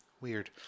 weird